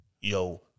yo